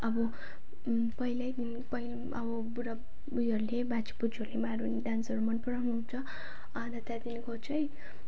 अब पहिले अब बुढ् उयोहरूले बाजेबोजुहरूले मारुनी डान्सहरू पुरा मनपराउनु हुन्छ अन्त त्यहाँदेखिको चाहिँ